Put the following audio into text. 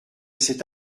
cet